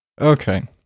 Okay